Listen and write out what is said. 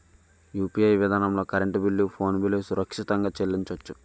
UPI విధానంలో current bill phone bill సురక్షితంగా చెల్లించొచ్చు